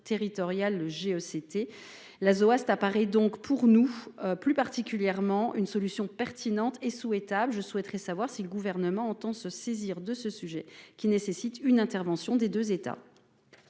territoriale le GE c'était la zone ouest à Paris donc pour nous, plus particulièrement une solution pertinente et souhaitable, je souhaiterais savoir si le gouvernement entend se saisir de ce sujet qui nécessitent une intervention des 2 États.